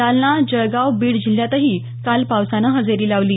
जालनाजळगावबीड जिल्ह्यातही काल पावसानं हजेरी लावली